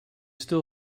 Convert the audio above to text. still